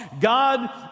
God